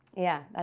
yeah,